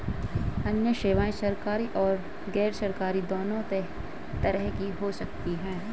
अन्य सेवायें सरकारी और गैरसरकारी दोनों तरह की हो सकती हैं